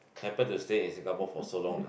happen to stay in Singapore for so long ah